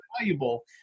valuable